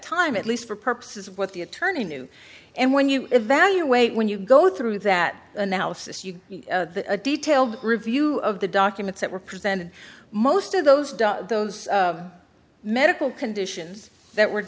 time at least for purposes of what the attorney knew and when you evaluate when you go through that analysis you a detailed review of the documents that were presented most of those those medical conditions that were